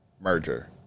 merger